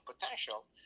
potential